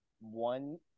one